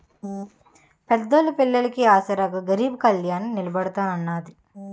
పేదోళ్ళ పెళ్లిళ్లికి ఆసరాగా గరీబ్ కళ్యాణ్ నిలబడతాన్నది